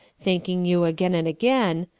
thanking you again and again,